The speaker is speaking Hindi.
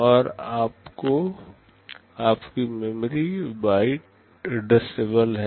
और आपकी मेमोरी बाइट एड्रेसेबल है